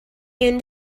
own